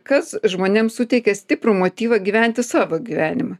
kas žmonėm suteikia stiprų motyvą gyventi savo gyvenimą